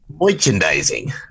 Merchandising